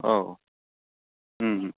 औ